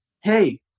hey